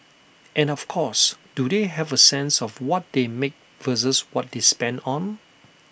and of course do they have A sense of what they make versus what they spend on